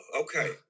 okay